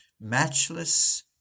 matchless